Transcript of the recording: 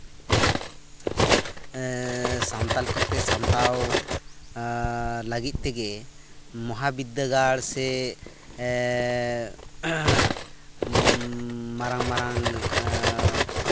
ᱥᱟᱶᱛᱟ ᱞᱮᱠᱟᱛᱮ ᱥᱟᱢᱴᱟᱣ ᱞᱟᱹᱜᱤᱫ ᱛᱮᱜᱮ ᱢᱚᱦᱟᱵᱤᱫᱽᱫᱟᱹᱜᱟᱲ ᱥᱮ ᱢᱟᱨᱟᱝ ᱢᱟᱨᱟᱝ